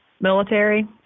military